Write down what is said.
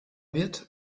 wird